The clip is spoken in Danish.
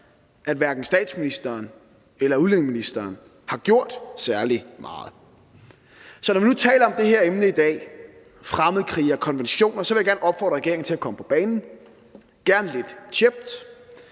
at hverken statsministeren eller udlændingeministeren har gjort særlig meget. Så når vi nu taler om det her emne i dag – fremmedkrigere og konventioner – vil jeg gerne opfordre regeringen til at komme på banen og gerne lidt tjept.